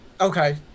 Okay